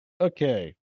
Okay